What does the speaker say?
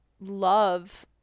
love